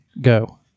go